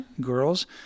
girls